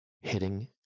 hitting